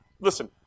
Listen